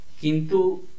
Kintu